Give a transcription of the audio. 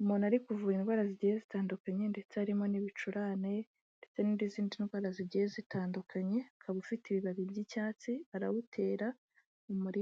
umuntu ari kuvura indwara zigiye zitandukanye ndetse harimo n'ibicurane ndetse n'izindi ndwara zigiye zitandukanye, ukaba ufite ibibabi by'icyatsi barawutera mu murima.